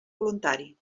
voluntari